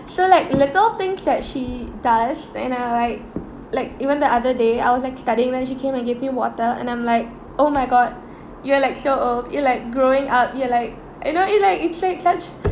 so like little things that she does you know like like even the other day I was like studying when she came and gave me water and I'm like oh my god you're like so old you're like growing up you're like you know it's like such